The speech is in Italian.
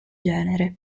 genere